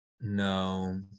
no